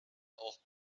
auch